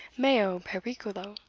meo periculo.